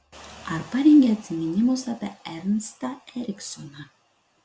ar parengei atsiminimus apie ernstą eriksoną